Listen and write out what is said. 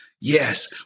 Yes